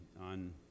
on